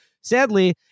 Sadly